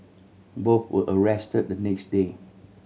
both were arrest the next day